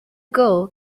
girl